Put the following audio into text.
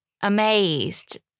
amazed